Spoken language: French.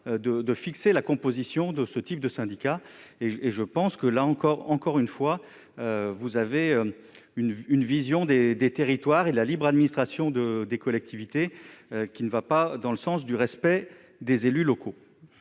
de définir la composition de ce type de syndicat ! Madame la ministre, vous avez une vision des territoires et de la libre administration des collectivités qui ne va pas dans le sens du respect des élus locaux.